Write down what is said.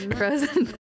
frozen